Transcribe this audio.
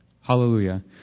Hallelujah